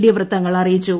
D വൃത്തങ്ങൾ അറിയിച്ചു